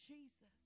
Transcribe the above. Jesus